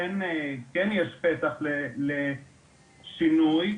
כן יש פתח לשינוי,